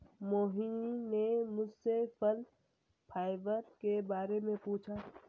मोहिनी ने मुझसे फल फाइबर के बारे में पूछा